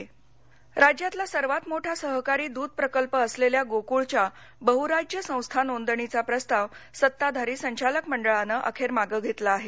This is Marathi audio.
गोकळ कोल्हापर राज्यातला सर्वात मोठा सहकारी दूध प्रकल्प असलेल्या गोक्ळघ्या बहुराज्य संस्था नोंदणीचा प्रस्ताव सत्ताधारी संचालक मंडळानं अखेर मागं घेतला आहे